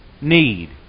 need